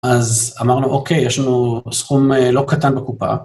אז אמרנו, אוקיי, יש לנו סכום אה.. לא קטן בקופה.